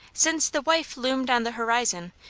since the wife loomed on the horizon,